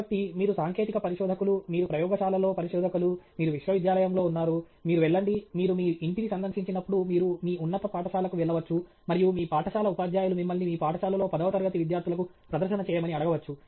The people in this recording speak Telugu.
కాబట్టి మీరు సాంకేతిక పరిశోధకులు మీరు ప్రయోగశాలలో పరిశోధకులు మీరు విశ్వవిద్యాలయంలో ఉన్నారు మీరు వెళ్ళండి మీరు మీ ఇంటిని సందర్శించినప్పుడు మీరు మీ ఉన్నత పాఠశాలకు వెళ్లవచ్చు మరియు మీ పాఠశాల ఉపాధ్యాయులు మిమ్మల్ని మీ పాఠశాలలో పదవ తరగతి విద్యార్థులకు ప్రదర్శన చేయమని అడగవచ్చు